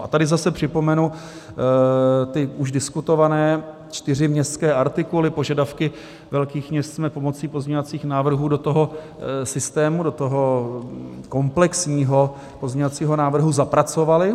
A tady zase připomenu ty už diskutované čtyři městské artikuly, požadavky velkých měst jsme pomocí pozměňovacích návrhů do systému, do toho komplexního pozměňovacího návrhu zapracovali.